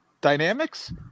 dynamics